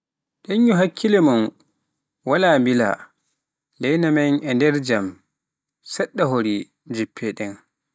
Deƴƴu hakkille mon, wala bila, Laana men e nder jam sedda hori jippeden.